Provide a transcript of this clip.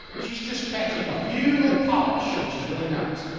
she's just catching a few little polish, which is really nice.